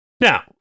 Now